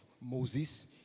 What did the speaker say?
Moses